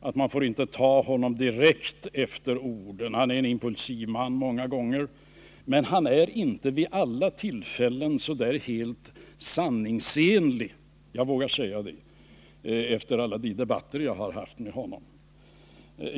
att man inte får ta honorn på orden — han är en impulsiv man. Men han är inte alltid så där sanningsenlig — jag vågar säga det, efter alla de debatter jag har haft med honom.